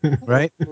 right